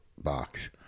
box